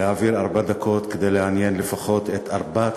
להעביר ארבע דקות כדי לעניין לפחות את ארבעת